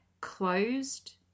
closed